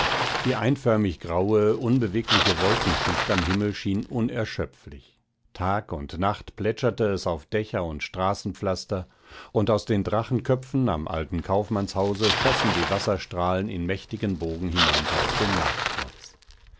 die einförmig graue unbewegliche wolkenschicht am himmel schien unerschöpflich tag und nacht plätscherte es auf dächer und straßenpflaster und aus den drachenköpfen am alten kaufmannshause schossen die wasserstrahlen in mächtigen bogen hinunter auf den marktplatz